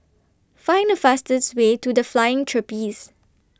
Find The fastest Way to The Flying Trapeze